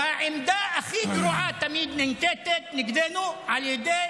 והעמדה הכי גרועה נגדנו תמיד ננקטת על ידי